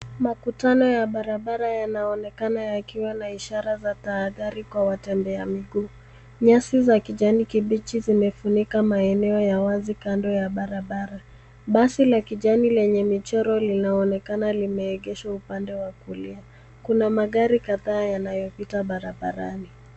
Makutano ya barabara, yanaonekana yakiwa na ishara za tahadhari kwa watembea miguu. Nyasi za kijani kibichi, zimefunika maeneo ya wazi kando ya barabara. Basi la kijani lenye michoro, linaonekana limeegeshwa upande wa kulia. Kuna magari kadhaa yanayopita barabarani.